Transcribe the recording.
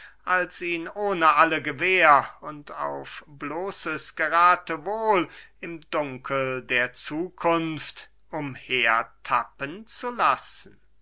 als ihn ohne alle gewähr und auf bloßes gerathewohl im dunkel der zukunft umher tappen zu lassen